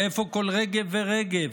איפה כל רגב ורגב,